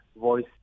voice